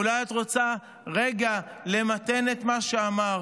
אולי את רוצה רגע למתן את מה שאמרת.